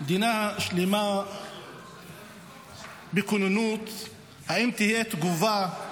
מדינה שלמה בכוננות אם תהיה תגובה,